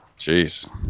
Jeez